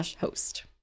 host